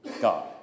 God